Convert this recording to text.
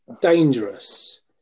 dangerous